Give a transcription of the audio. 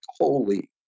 Holy